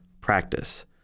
practice